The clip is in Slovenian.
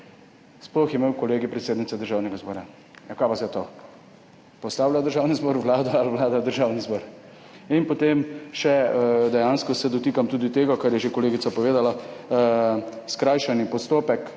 sploh imel Kolegij predsednice Državnega zbora. Ja, kaj je pa zdaj to? Postavlja državni zbor vlado ali vlada, državni zbor? Potem se dejansko dotikam tudi tega, kar je že kolegica povedala – skrajšani postopek.